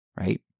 right